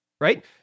right